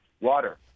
water